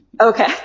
Okay